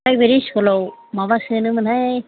private स्कुलाव माबा सोनोमोनहाय